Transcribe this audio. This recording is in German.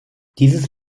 dieses